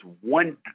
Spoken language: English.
one